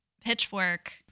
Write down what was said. pitchfork